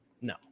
No